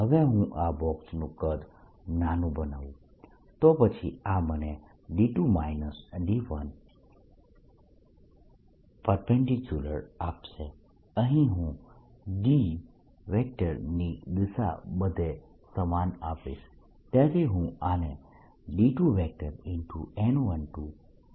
હવે હું આ બોક્સનું કદ નાનું બનાવું તો પછી આ મને આપશે અહીં હું D ની દિશા બધે સમાન રાખીશ